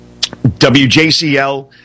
WJCL